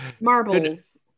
marbles